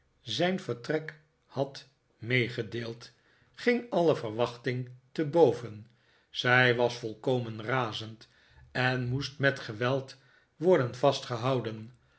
zijn vertrek had meegedeeld ging alle verwachting te boven zij was volkomen razend en moest met geweld worden vastgehouden